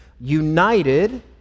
united